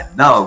no